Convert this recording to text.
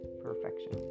perfection